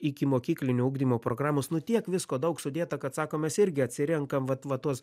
ikimokyklinio ugdymo programos nu tiek visko daug sudėta kad sako mes irgi atsirenkam vat va tuos